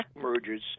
mergers